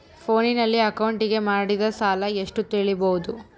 ಫೋನಿನಲ್ಲಿ ಅಕೌಂಟಿಗೆ ಮಾಡಿದ ಸಾಲ ಎಷ್ಟು ತಿಳೇಬೋದ?